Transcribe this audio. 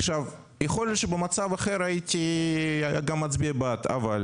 יכול להיות שבמצב אחר גם הייתי מצביע בעד, אבל